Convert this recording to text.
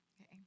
Okay